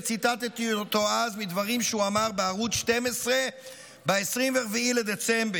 וציטטתי אותו אז מדברים שהוא אמר בערוץ 12 ב-24 בדצמבר,